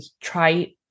try